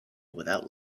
without